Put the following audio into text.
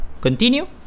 continue